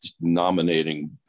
nominating